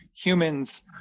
humans